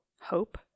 hope